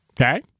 okay